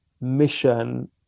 mission